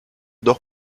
dos